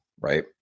right